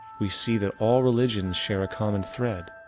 we see that all religions share a common thread.